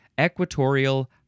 equatorial